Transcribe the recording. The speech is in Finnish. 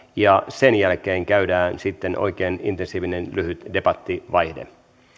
ja sen jälkeen käydään sitten oikein intensiivinen lyhyt debattivaihe